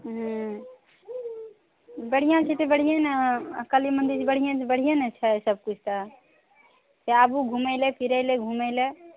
हूँ बढ़िआँ छै तऽ बढ़िएँ ने कली मन्दिर बढ़िएँ बढ़िएँ ने छै सबकिछु तऽ से आबू घूमै लऽ फिरै लऽ घूमै लऽ